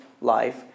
life